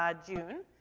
ah june.